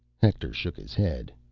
hector shook his head.